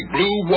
Blue